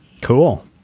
Cool